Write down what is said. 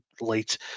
late